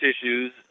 tissues